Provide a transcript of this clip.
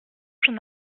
son